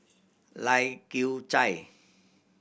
Lai Kew Chai